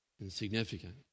insignificant